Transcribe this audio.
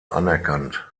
anerkannt